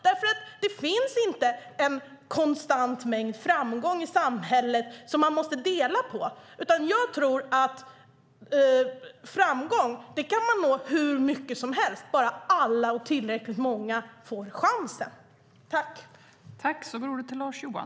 Det finns nämligen inte en konstant mängd framgång i samhället som man måste dela på, utan jag tror att man kan nå hur mycket framgång som helst, bara tillräckligt många får chansen.